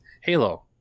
Halo